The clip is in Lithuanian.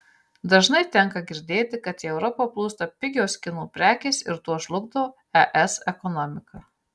dažnai tenka girdėti kad į europą plūsta pigios kinų prekės ir tuo žlugdo es ekonomiką